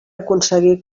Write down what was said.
aconseguir